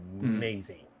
amazing